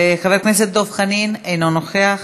חבר הכנסת דב חנין, אינו נוכח.